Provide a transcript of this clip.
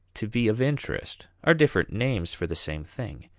to be of interest, are different names for the same thing.